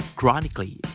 chronically